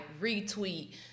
retweet